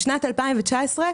בשנת 2019,